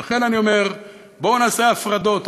לכן אני אומר: בואו נעשה הפרדות,